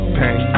pain